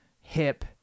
hip